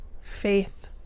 faith